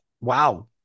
Wow